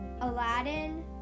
Aladdin